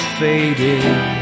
faded